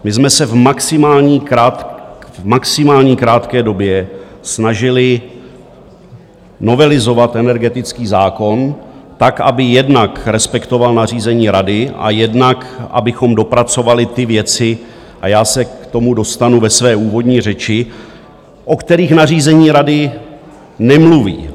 My jsme se v maximální, v maximální krátké době snažili novelizovat energetický zákon tak, aby jednak respektoval nařízení Rady a jednak abychom dopracovali ty věci já se k tomu dostanu ve své úvodní řeči o kterých nařízeních Rady nemluví.